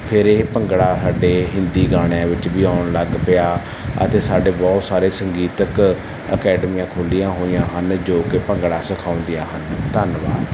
ਫਿਰ ਇਹ ਭੰਗੜਾ ਸਾਡੇ ਹਿੰਦੀ ਗਾਣਿਆਂ ਵਿੱਚ ਵੀ ਆਉਣ ਲੱਗ ਪਿਆ ਅਤੇ ਸਾਡੇ ਬਹੁਤ ਸਾਰੇ ਸੰਗੀਤਕ ਅਕੈਡਮੀਆਂ ਖੁੱਲ੍ਹੀਆਂ ਹੋਈਆਂ ਹਨ ਜੋ ਕਿ ਭੰਗੜਾ ਸਿਖਾਉਂਦੀਆਂ ਹਨ ਧੰਨਵਾਦ